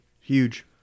Huge